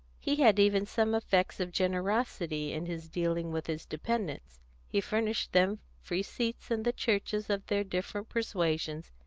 he had even some effects of generosity in his dealing with his dependants he furnished them free seats in the churches of their different persuasions,